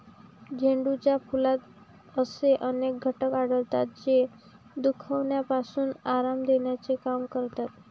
झेंडूच्या फुलात असे अनेक घटक आढळतात, जे दुखण्यापासून आराम देण्याचे काम करतात